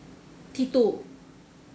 T two